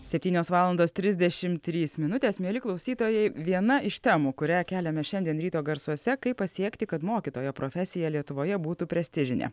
septynios valandos trisdešim trys minutės mieli klausytojai viena iš temų kurią keliame šiandien ryto garsuose kaip pasiekti kad mokytojo profesija lietuvoje būtų prestižinė